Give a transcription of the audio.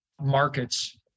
Markets